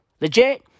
Legit